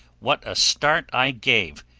what a start i gave,